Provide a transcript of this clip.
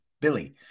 Billy